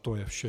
To je vše.